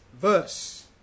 verse